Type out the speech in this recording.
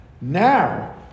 now